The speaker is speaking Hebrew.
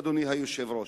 אדוני היושב-ראש.